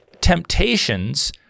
temptations